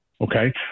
Okay